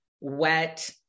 wet